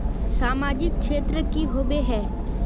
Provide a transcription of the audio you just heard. सामाजिक क्षेत्र की होबे है?